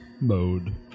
mode